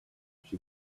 she